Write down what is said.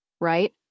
Right